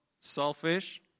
selfish